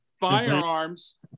firearms